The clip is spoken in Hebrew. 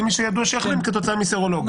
מי שידוע שהחלים כתוצאה מסרולוגיה.